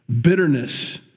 bitterness